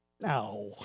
No